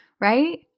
right